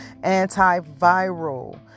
antiviral